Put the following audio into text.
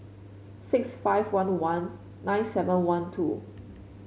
six five one one nine seven one two